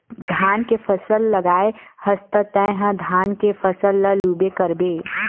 धान के फसल लगाए हस त तय ह धान के फसल ल लूबे करबे